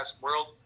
world